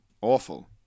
Awful